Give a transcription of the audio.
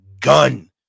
gun